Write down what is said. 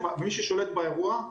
מי ששולט באירוע,